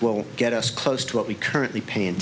will get us close to what we currently pay in